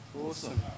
Awesome